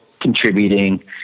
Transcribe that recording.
contributing